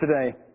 today